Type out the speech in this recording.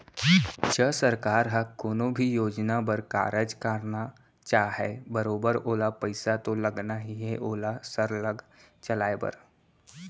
च सरकार ह कोनो भी योजना बर कारज करना चाहय बरोबर ओला पइसा तो लगना ही हे ओला सरलग चलाय बर